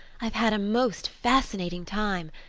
i've had a most fascinating time.